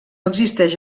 existeix